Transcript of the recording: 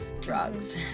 drugs